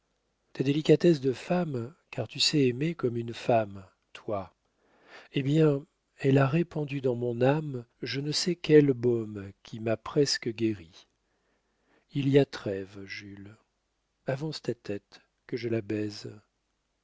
ta délicatesse de femme car tu sais aimer comme une femme toi eh bien elle a répandu dans mon âme je ne sais quel baume qui m'a presque guérie il y a trêve jules avance ta tête que je la baise